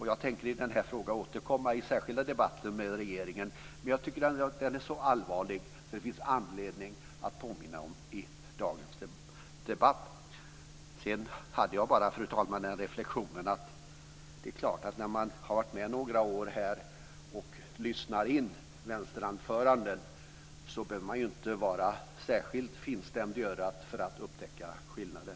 Jag tänker återkomma i denna fråga i särskilda debatter med regeringen. Den är så allvarlig att det finns anledning att påminna om den i dagens debatt. Fru talman! Jag hade reflexionen att efter att ha varit med i några år och lyssnat på vänsteranföranden behöver man inte vara så finstämd i örat för att upptäcka skillnaden.